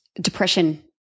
depression